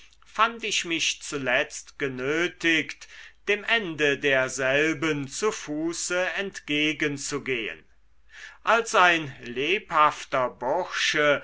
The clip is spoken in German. fand ich mich zuletzt genötigt dem ende derselben zu fuße entgegenzugehen als ein lebhafter bursche